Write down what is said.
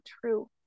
true